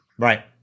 Right